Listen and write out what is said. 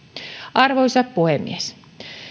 arvoisa puhemies